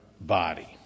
body